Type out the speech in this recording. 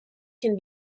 can